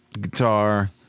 guitar